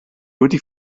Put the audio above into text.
wedi